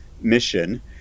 mission